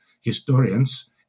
historians